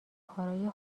کارای